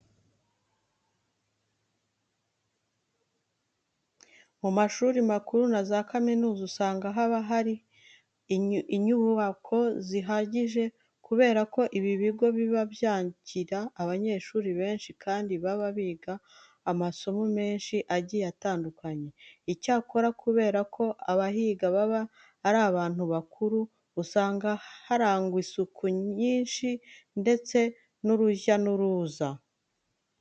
Mu mashuri makuru na za kaminuza, usanga haba hari inyubako zihagije kubera ko ibi bigo biba byakira abanyeshuri benshi kandi baba biga amasomo menshi agiye atandukanye. Icyakora, kubera ko abahiga baba ari abantu bakuru usanga harangwa n'isuku nyinshi ndetse n'urujya n'uruza.